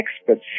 experts